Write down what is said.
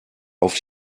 auf